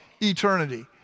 eternity